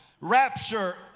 rapture